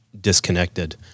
disconnected